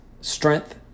strength